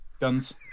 guns